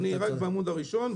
אני רק בעמוד הראשון.